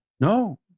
no